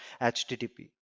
http